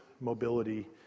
mobility